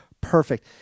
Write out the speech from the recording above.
perfect